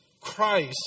Christ